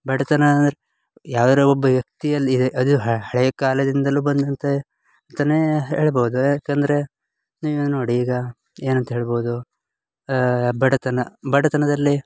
ಬಡತನ ಅಂದ್ರೆ ಯಾರೋ ಒಬ್ಬ ವ್ಯಕ್ತಿಯಲ್ಲಿ ಅದು ಹಳೆಯ ಕಾಲದಿಂದಲೂ ಬಂದಂತೆ ಅಂತಲೇ ಹೇಳ್ಬೋದು ಯಾಕಂದರೆ ನೀವೇ ನೋಡಿ ಈಗ ಏನಂತ ಹೇಳ್ಬೋದು ಬಡತನ ಬಡತನದಲ್ಲಿ